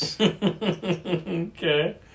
Okay